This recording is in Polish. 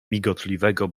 migotliwego